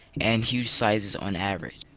and huge sizes on average.